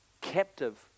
captive